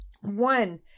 one